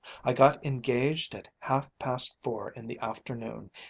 i got engaged at half-past four in the afternoon,